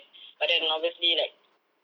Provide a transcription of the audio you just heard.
but then obviously like